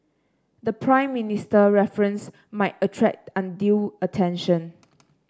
the Prime Minister reference might attract undue attention